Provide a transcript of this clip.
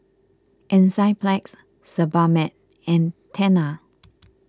Enzyplex Sebamed and Tena